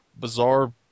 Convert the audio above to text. bizarre